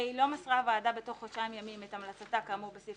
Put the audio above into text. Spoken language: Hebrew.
לא מסרה הוועדה בתוך חודשיים ימים את המלצתה כאמור בסעיף